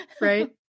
right